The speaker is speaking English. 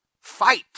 Fight